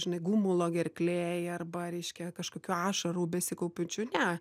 žinai gumulo gerklėj arba reiškia kažkokių ašarų besikaupiančių ne